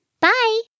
Bye